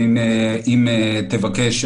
ואם תבקש,